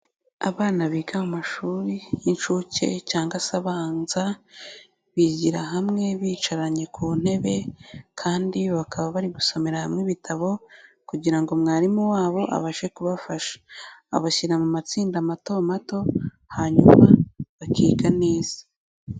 Abana biga mashuri y'incuke cyangwa se abanza bigira hamwe bicaranye ku ntebe kandi bakaba bari gusomera hamwe ibitabo kugira ngo mwarimu wabo abashe kubafasha, abashyira mu matsinda mato mato hanyuma bakiga neza.